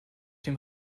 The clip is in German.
dem